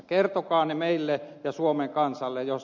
kertokaa ne meille ja suomen kansalle jos